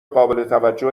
قابلتوجه